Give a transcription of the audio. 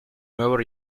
nuevo